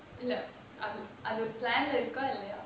இல்ல அது அது :illa athu athu plan leh இருக்கா இல்லையா:irukkaa illaiyaa